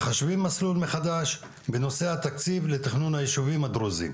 מחשבים מסלול מחדש בנושא התקציב לתכנון הישובים הדרוזים.